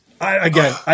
again